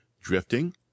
Drifting